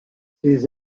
ces